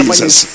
Jesus